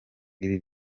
ibi